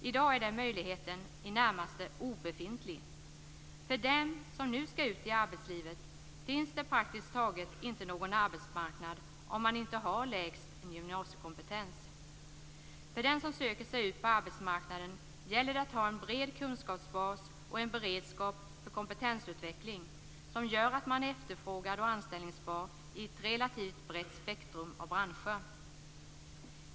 I dag är den möjligheten i det närmaste obefintlig. För dem som nu skall ut i arbetslivet finns det praktiskt taget inte någon arbetsmarknad om de inte har lägst gymnasiekompetens. För den som söker sig ut på arbetsmarknaden gäller det att ha en bred kunskapsbas och en beredskap för kompetensutveckling som gör att man är efterfrågad och anställningsbar i ett relativt brett spektrum av branscher.